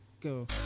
go